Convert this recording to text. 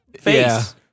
face